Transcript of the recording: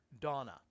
Donna